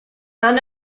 none